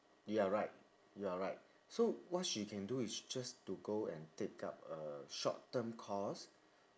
you're right you're right so what she can do is just to go and take up a short term course